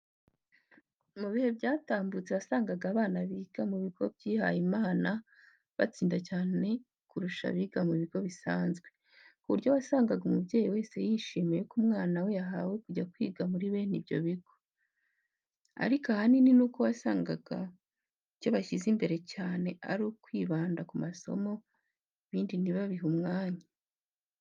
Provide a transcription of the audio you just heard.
Mu bihe byatambutse wasangaga abana biga mu bigo byabihaye Imana batsinda cyane kurusha abiga mu bigo bisanzwe, ku buryo wasangaga umubyeyi wese yishimiye ko umwana we yahawe kujya kwiga muri bene ibyo bigo. Ariko ahanini nuko wasangaga icyo bashyize imbere cyane ari ukwibanda ku masomo ibindi ntibabihe umwanya.